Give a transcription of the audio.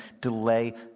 delay